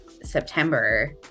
September